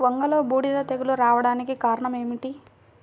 వంగలో బూడిద తెగులు రావడానికి కారణం ఏమిటి?